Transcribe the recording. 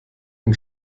ein